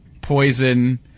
Poison